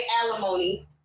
alimony